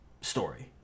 story